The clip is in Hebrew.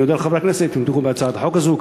אני אודה לחברי הכנסת אם יתמכו בהצעת החוק הזו,